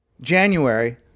January